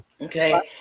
Okay